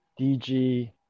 DG